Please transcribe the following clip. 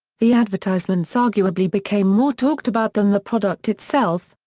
the advertisements arguably became more talked-about than the product itself,